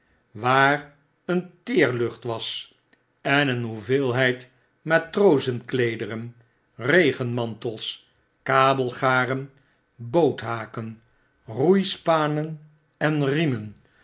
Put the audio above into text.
waar eenteerlucht was en een hoeveelheid matrozenkleederen regenmantels kabelgaren boothaken roeispanen en riemen